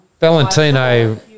Valentino